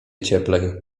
cieplej